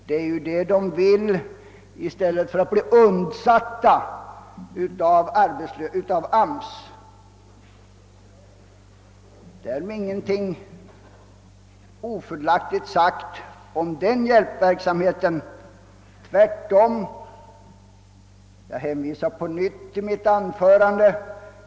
Det är nämligen det de vill i stället för att bli undsatta av arbetsmarknadsstyrelsen. Därmed är ingenting ofördelaktigt sagt om den hjälpverksamheten, tvärtom. Jag hänvisar på nytt till mitt tidigare anförande.